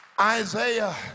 Isaiah